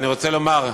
אני רוצה לומר: